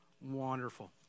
Wonderful